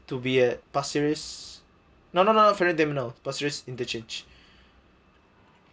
to be at pasir ris no not ferry terminal no pasir ris interchange